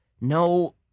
No